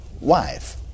wife